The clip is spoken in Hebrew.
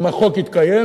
אם החוק יתקיים,